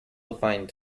defined